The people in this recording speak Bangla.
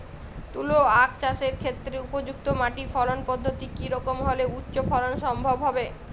তুলো আঁখ চাষের ক্ষেত্রে উপযুক্ত মাটি ফলন পদ্ধতি কী রকম হলে উচ্চ ফলন সম্ভব হবে?